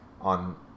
on